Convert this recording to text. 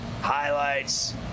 highlights